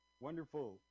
Wonderful